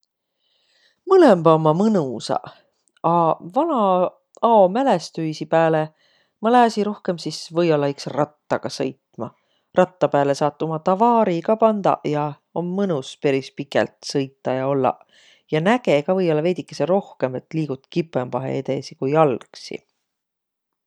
Mõlõmbaq ommaq mõnusaq, a vana ao mälestüisi pääle ma lääsiq rohkõmb sis või-ollaq iks rattaga sõitma. Ratta pääle saat uma tavaari ka pandaq ja om mõnus peris pikält sõitaq ja ollaq. Ja näge ka või-ollaq veidükese rohkõmb, et liigut kipõmbahe edesi ku jalgsi.